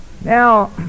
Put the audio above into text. now